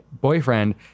boyfriend